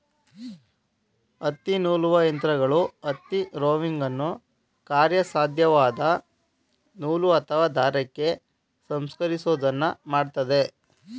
ಹತ್ತಿನೂಲುವ ಯಂತ್ರಗಳು ಹತ್ತಿ ರೋವಿಂಗನ್ನು ಕಾರ್ಯಸಾಧ್ಯವಾದ ನೂಲು ಅಥವಾ ದಾರಕ್ಕೆ ಸಂಸ್ಕರಿಸೋದನ್ನ ಮಾಡ್ತದೆ